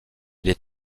les